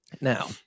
Now